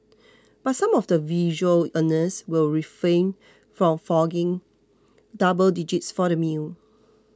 but some of the visual earners will refrain from forking double digits for the meal